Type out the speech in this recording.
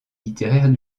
littéraire